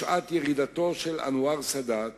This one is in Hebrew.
בשעת ירידתו של אנואר סאדאת